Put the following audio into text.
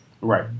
Right